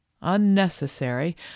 unnecessary